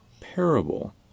parable